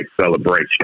Celebration